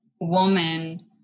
woman